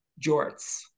jorts